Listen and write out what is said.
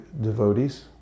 devotees